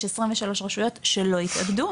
יש 23 רשויות שלא התאגדו,